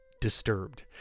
disturbed